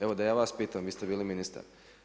Evo da ja vas pitam, vi ste bili ministar.